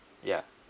yeah